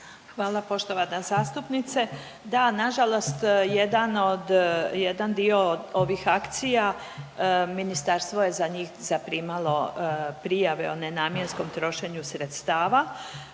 Hvala poštovana zastupnice. Da nažalost, jedan od, jedan dio od ovih akcija ministarstvo je za njih zaprimalo prijave o nenamjenskom trošenju sredstava